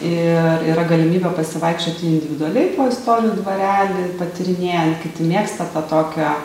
ir yra galimybė pasivaikščioti individualiai po istorijų dvarelį patyrinėjant kiti mėgsta tą tokią